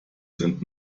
sind